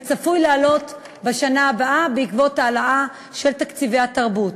והוא צפוי לעלות בשנה הבאה בעקבות העלאה של תקציבי התרבות.